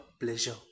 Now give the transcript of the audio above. pleasure